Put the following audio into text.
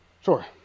Sure